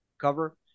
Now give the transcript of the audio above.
cover